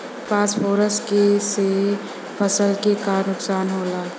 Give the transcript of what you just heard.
Phosphorus के से फसल के का नुकसान होला?